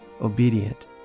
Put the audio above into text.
obedient